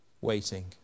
waiting